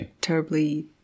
terribly